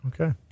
Okay